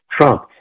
Trump